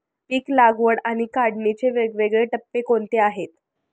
पीक लागवड आणि काढणीचे वेगवेगळे टप्पे कोणते आहेत?